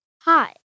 Hi